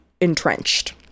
entrenched